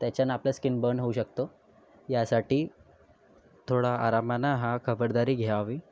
त्याच्यानं आपलं skin burn होऊ शकतो यासाठी थोडं आरामानं हा खबरदारी घ्यावी